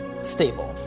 stable